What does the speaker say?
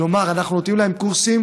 כלומר, אנחנו נותנים להם קורסים.